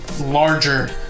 larger